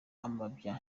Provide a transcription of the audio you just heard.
amabya